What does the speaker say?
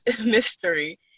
mystery